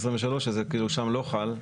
אז זה כאילו שם לא חל,